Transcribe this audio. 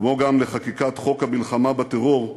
כמו גם בחקיקת חוק המאבק בטרור,